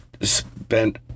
spent